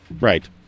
right